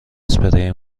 اسپری